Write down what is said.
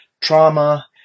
trauma